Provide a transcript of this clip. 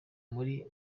muri